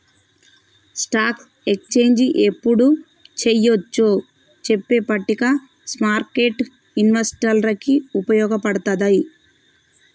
stock exchange యెప్పుడు చెయ్యొచ్చో చెప్పే పట్టిక స్మార్కెట్టు ఇన్వెస్టర్లకి వుపయోగపడతది